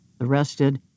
Arrested